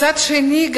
מצד שני,